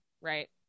right